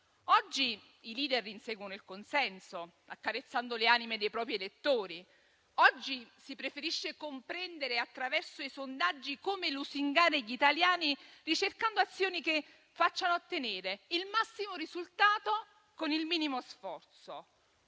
Oggi i *leader* inseguono il consenso, accarezzando le anime dei propri elettori. Oggi si preferisce comprendere, attraverso i sondaggi, come lusingare gli italiani, ricercando azioni che facciano ottenere il massimo risultato con il minimo sforzo.